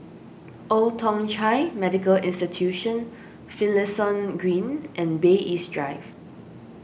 Old Thong Chai Medical Institution Finlayson Green and Bay East Drive